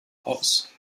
aus